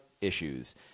issues